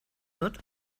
wird